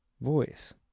voice